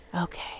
Okay